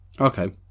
Okay